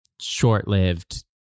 short-lived